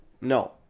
No